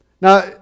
Now